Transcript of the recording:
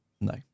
No